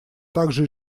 также